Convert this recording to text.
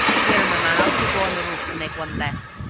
here, my man, out you go on the roof to make one less,